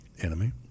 enemy